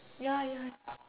ya ya ya